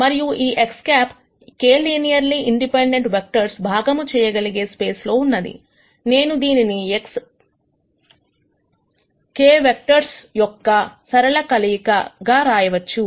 మరియు ఈ X̂ k linearly independent vectors భాగము చేయగలిగే స్పేస్ లో ఉన్నది నేను దీనిని k వెక్టర్స్ యొక్క సరళ కలయికగా రాయవచ్చు